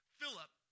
Philip